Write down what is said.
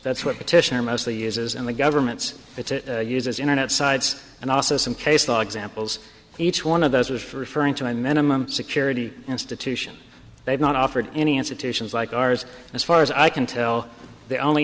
that's what petitioner mostly uses and the government's uses internet sites and also some case law examples each one of those was referring to my minimum security institution they've not offered any institutions like ours as far as i can tell the only